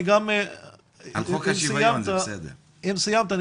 אם סיימת,